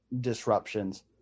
disruptions